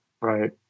right